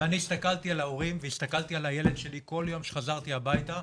ואני הסתכלתי על ההורים והסתכלתי על הילד שלי כל יום כשחזרתי הביתה,